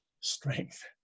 strength